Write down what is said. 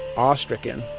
awestricken.